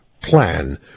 plan